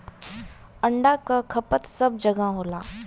अंडा क खपत सब जगह होला